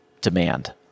demand